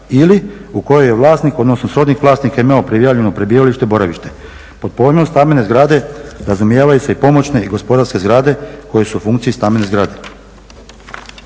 ili u kojoj je vlasnik odnosno srodnik vlasnika imao prijavljeno prebivalište i boravište. Pod pojmom stambene zgrade razumijevaju se i pomoćne i gospodarske zgrade koje su u funkciji stambene zgrade.